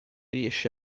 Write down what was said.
riesce